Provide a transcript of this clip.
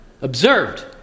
observed